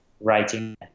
writing